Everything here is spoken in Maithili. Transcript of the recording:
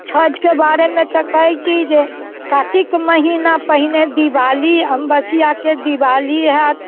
छठिके बारेमे तऽ कहैत छी जे कातिक महिना पहिने दीवाली अमावस्याके दीवाली होयत